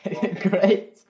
Great